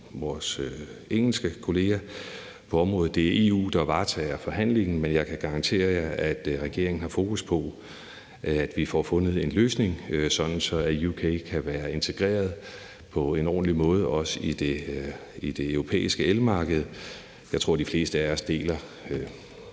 vores engelske kollega på området. Det er EU, der varetager forhandlingen, men jeg kan garantere jer, at regeringen har fokus på, at vi får fundet en løsning, sådan at U.K. også kan være integreret på en ordentlig måde i det europæiske elmarked. Jeg tror, de fleste af os deler